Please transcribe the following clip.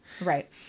Right